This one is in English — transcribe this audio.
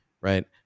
Right